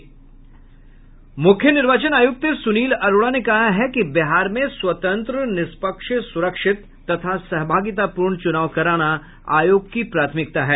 मूख्य निर्वाचन आयुक्त सुनील अरोड़ा ने कहा है कि बिहार में स्वतंत्र निष्पक्ष सुरक्षित तथा सहभागितापूर्ण चुनाव कराना आयोग की प्राथमिकता है